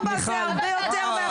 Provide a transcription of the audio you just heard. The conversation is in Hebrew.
--- ל-16:00 זה הרבה יותר מאחרים.